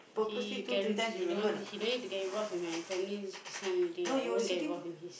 he can he don't he don't need to get involved in my family this one already I won't get involved in his